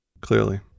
Clearly